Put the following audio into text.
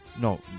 No